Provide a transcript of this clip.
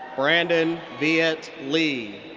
brandon viet le.